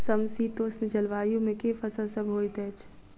समशीतोष्ण जलवायु मे केँ फसल सब होइत अछि?